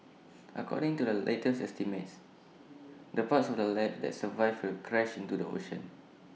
according to the latest estimates the parts of the lab that survive will crash into the ocean